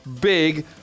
big